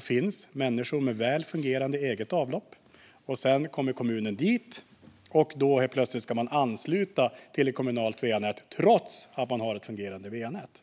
finns människor som har väl fungerande eget avlopp, till exempel i ett fritidshus, men ändå plötsligt ska tvingas ansluta sin fastighet till ett kommunalt va-nät.